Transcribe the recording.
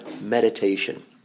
meditation